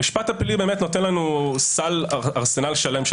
המשפט הפלילי נותן לנו ארסנל שלם של